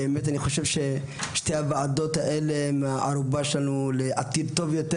אני באמת חושב ששתי הוועדות האלה הן הערובה שלנו לעתיד טוב יותר,